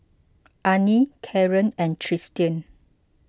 Arnie Caren and Tristian